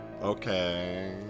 Okay